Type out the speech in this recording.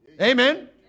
Amen